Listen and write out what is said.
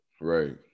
Right